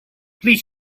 please